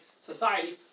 society